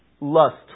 Lust